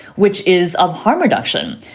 which is of harm reduction.